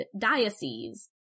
diocese